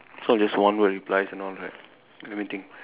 so it's just one word replies and all right let me think